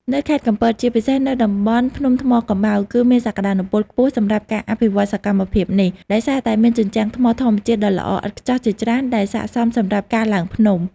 នៅខេត្តកំពត ជាពិសេសនៅតំបន់ភ្នំថ្មកំបោរ គឺមានសក្ដានុពលខ្ពស់សម្រាប់ការអភិវឌ្ឍសកម្មភាពនេះ ដោយសារតែមានជញ្ជាំងថ្មធម្មជាតិដ៏ល្អឥតខ្ចោះជាច្រើនដែលស័ក្ដិសមសម្រាប់ការឡើងភ្នំ។